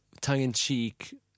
tongue-in-cheek